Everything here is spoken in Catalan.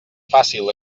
fàcil